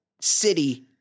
city